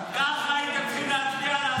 ככה הייתם צריכים להצביע על האיזוק האלקטרוני,